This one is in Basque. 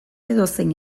edozein